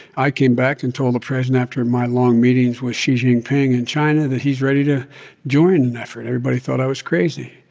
i came back and told the president, after my long meetings with xi jinping in china, that he's ready to join the effort. everybody thought i was crazy.